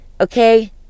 okay